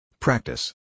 Practice